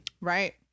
right